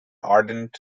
ardent